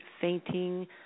fainting